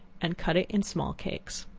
and cut it in small cakes.